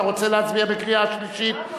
אתה רוצה להצביע בקריאה שלישית?